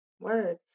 Word